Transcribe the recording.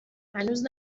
هنوز